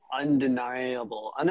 undeniable